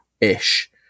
ish